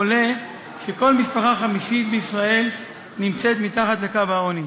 עולה שכל משפחה חמישית בישראל נמצאת מתחת לקו העוני.